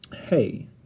Hey